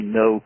no